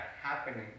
happening